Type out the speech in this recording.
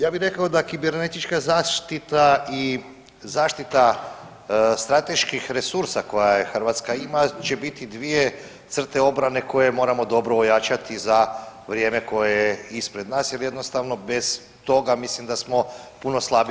Ja bi rekao da kibernetička zaštita i zaštita strateških resursa koja je Hrvatska ima će biti dvije crte obrane koje moramo dobro ojačati za vrijeme koje je ispred nas jer jednostavno bez toga mislim da smo puno slabiji.